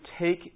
take